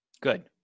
Good